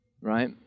right